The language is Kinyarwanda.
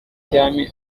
cyami